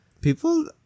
People